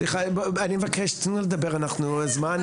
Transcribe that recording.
סליחה, אני מבקש, תנו לה לדבר אנחנו בזמן.